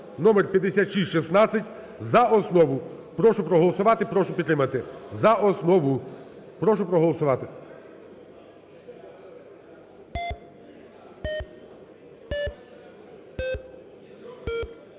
(номер 5616) за основу. Прошу проголосувати, прошу підтримати. Прошу проголосувати.